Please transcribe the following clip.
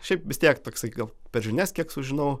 šiaip vis tiek toksai gal per žinias kiek sužinau